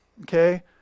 okay